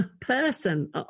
person